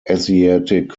asiatic